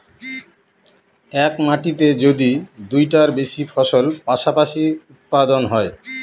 এক মাটিতে যদি দুইটার বেশি ফসল পাশাপাশি উৎপাদন হয়